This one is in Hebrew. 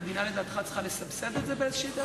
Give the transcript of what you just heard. המדינה צריכה לסבסד את זה בדרך כלשהי?